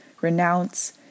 renounce